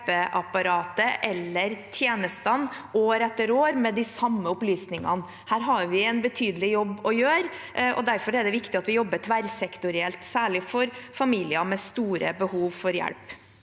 hjelpeapparatet eller tjenestene år etter år med de samme opplysningene. Her har vi en betydelig jobb å gjøre, og derfor er det viktig at vi jobber tverrsektorielt – særlig for familier med store behov for hjelp.